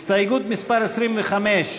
הסתייגות מס' 25,